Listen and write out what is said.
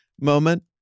moment